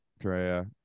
Drea